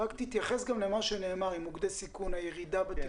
תתייחס גם למה שנאמר, מוקדי סיכון, הירידה בתקציב.